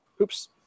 oops